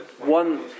one